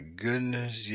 goodness